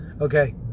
Okay